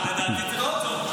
לדעתי צריך לעצור.